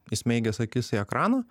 įsmeigęs akis į ekraną